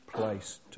place